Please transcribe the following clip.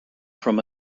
from